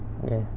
ya